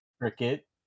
Cricket